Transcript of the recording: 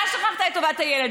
אתה שכחת את טובת הילד.